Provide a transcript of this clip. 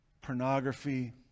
pornography